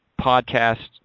podcast